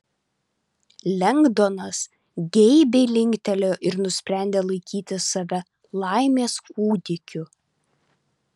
lengdonas geibiai linktelėjo ir nusprendė laikyti save laimės kūdikiu